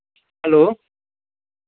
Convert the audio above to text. hello